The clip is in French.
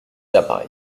l’appareil